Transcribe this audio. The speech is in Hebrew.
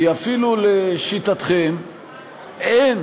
כי אפילו לשיטתכם אין